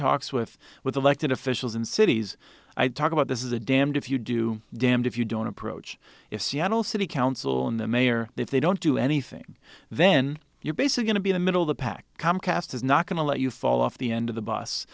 talks with with elected officials in cities i talk about this is a damned if you do damned if you don't approach if seattle city council and the mayor if they don't do anything then your basic going to be the middle of the pack comcast is not going to let you fall off the end of the bus